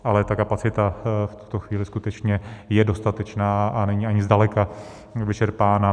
Ale ta kapacita v tuto chvíli skutečně je dostatečná a není ani zdaleka vyčerpána.